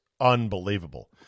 unbelievable